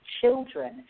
children